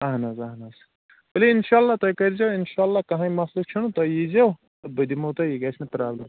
اَہن حظ اَہن حظ ؤلِو اِنشاء اللہ تُہۍ کٔرۍزیو اِنشاء اللہ کٕہۭنۍ مَسلہٕ چھُنہٕ تُہۍ ییٖزیو تہٕ بہٕ دِمو تۄہہِ یہِ گَژھِ نہٕ پرٛابلِم